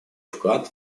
вклад